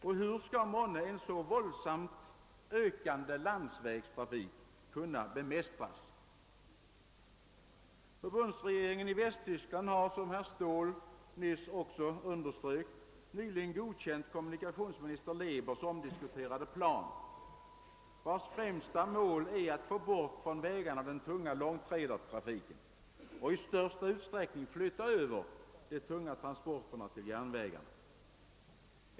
Och hur skall en så våldsamt ökande landsvägstrafik kunna bemästras? Förbundsregeringen i Västtyskland har, som herr Ståhl nyss underströk, nyligen godkänt kommunikationsminister Lebers omdiskuterade plan, vars främsta mål är att få bort från vägarna den tunga långtradartrafiken och i största utsträckning flytta över de tunga transporterna till järnvägarna.